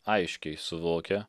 aiškiai suvokia